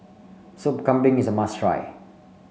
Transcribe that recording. Sup Kambing is a must try